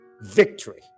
victory